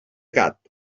gat